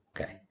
okay